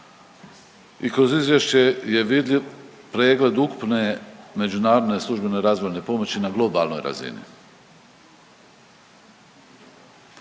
i kroz izvješće je vidljiv pregled ukupne međunarodne službene razvojne pomoći na globalnoj razini.